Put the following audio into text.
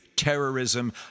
terrorism